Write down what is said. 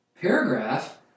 paragraph